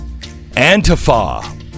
Antifa